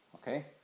Okay